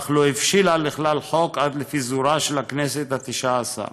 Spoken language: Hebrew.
אך לא הבשילה לכלל חוק עד לפיזורה של הכנסת התשע-עשרה.